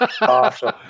awesome